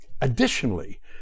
Additionally